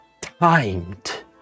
timed